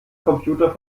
computer